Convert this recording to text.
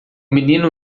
menino